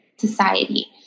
society